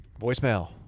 Voicemail